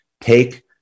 take